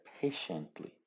patiently